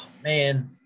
Man